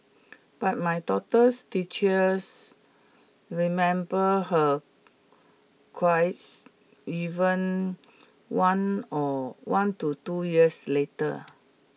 but my daughter's teachers remember her even one or one to two years later